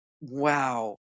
wow